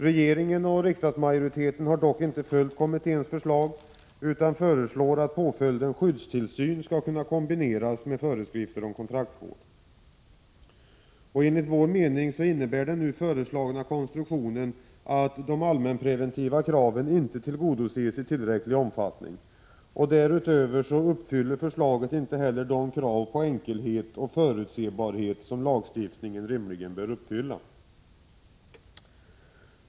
Regeringen och riksdagsmajoriteten har dock inte följt kommitténs förslag utan föreslår att påföljden skyddstillsyn skall kunna kombineras med föreskrifter om kontraktsvård. Enligt vår mening innebär den nu föreslagna konstruktionen att de allmänpreventiva kraven inte tillgodoses i tillräcklig omfattning. Därutöver uppfyller förslaget inte heller de krav på enkelhet och förutsebarhet som lagstiftningen rimligen bör uppfylla.